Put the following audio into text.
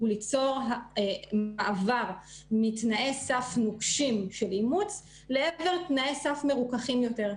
ליצור מעבר מתנאי סף נוקשים של אימוץ לעבר תנאי סף מרוככים יותר.